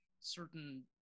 certain